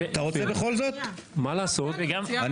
מותר לי הערה אחת בלי שיהיה "עליהום" על ההערה שלי.